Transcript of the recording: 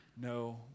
No